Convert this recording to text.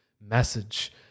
message